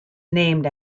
named